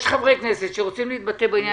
יש חברי כנסת שרוצים להתבטא בעניין,